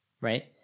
right